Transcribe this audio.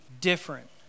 different